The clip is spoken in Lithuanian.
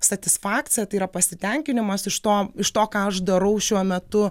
satisfakcija tai yra pasitenkinimas iš to iš to ką aš darau šiuo metu